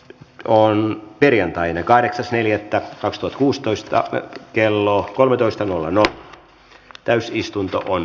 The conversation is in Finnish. q q oli perjantaina kahdeksas neljättä roistot kuusitoista ja kello asian käsittely päättyi